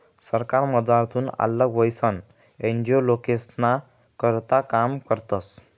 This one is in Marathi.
सरकारमझारथून आल्लग व्हयीसन एन.जी.ओ लोकेस्ना करता काम करतस